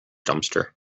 dumpster